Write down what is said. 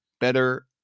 better